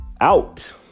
out